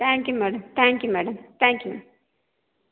thank you madam thank you madam thank you ma'am